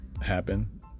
happen